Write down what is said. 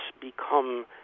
become